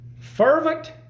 Fervent